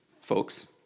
Folks